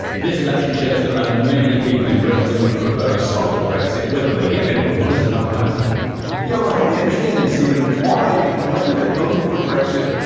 this election shows there are many people in britain that would prefer a softer brexit. whether they get it or not is another matter yeah, well help me understand then stephen, why the and electorate that voted for brexit